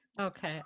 Okay